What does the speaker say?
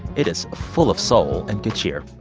it is full of so and good cheer.